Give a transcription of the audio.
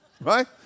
right